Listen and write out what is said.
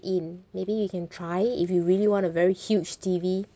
in maybe you can try if you really want a very huge T_V